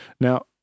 now